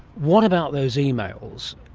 what about those emails?